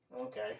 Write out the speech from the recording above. okay